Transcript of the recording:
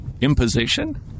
Imposition